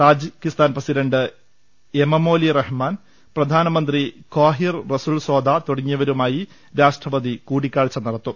താജിക്കി സ്ഥാൻ president Emomali Rahmon പ്രധാനമന്ത്രി Qohir Rasulzoda തുട്ടങ്ങിയവരുമായി രാഷ്ട്രപതി കൂടിക്കാഴ്ച നടത്തും